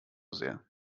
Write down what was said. sehr